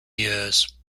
years